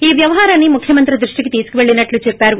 ఈ వ్యవహారాన్ని ముఖ్యమంత్రి దృష్టికి తీసుకువెళ్ళినట్లు చెప్పారు